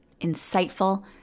insightful